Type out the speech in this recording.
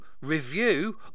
review